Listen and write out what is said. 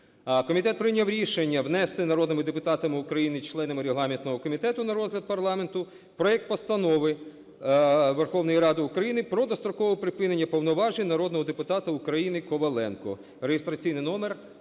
Комітет прийняв рішення внести народними депутатами України членами регламентного комітету на розгляд парламенту проект Постанови Верховної Ради України про дострокове припинення повноважень народного депутата України Коваленко